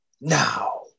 now